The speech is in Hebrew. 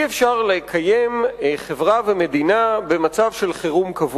אי-אפשר לקיים חברה ומדינה במצב קבוע של חירום.